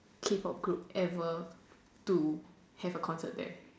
K pop group ever to have a Concert there